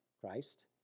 Christ